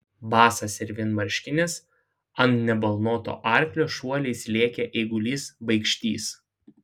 basas ir vienmarškinis ant nebalnoto arklio šuoliais lėkė eigulys baikštys